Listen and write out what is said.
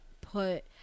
put